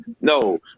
No